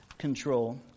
control